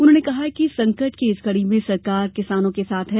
उन्होंने कहा कि संकट की इस घड़ी में सरकार किसानों के साथ है